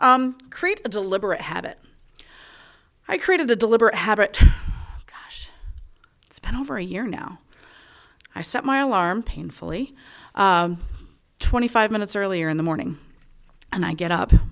helpful create a deliberate habit i created a deliberate habit spent over a year now i set my alarm painfully twenty five minutes earlier in the morning and i get up